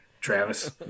Travis